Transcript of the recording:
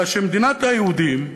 אלא שמדינת היהודים,